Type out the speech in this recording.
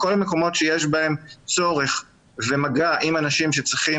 בכל המקומות שיש בהם צורך ומגע עם אנשים שצריכים